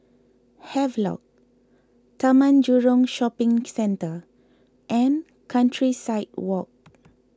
Havelock Taman Jurong Shopping Centre and Countryside Walk